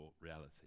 reality